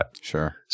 Sure